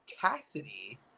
Cassidy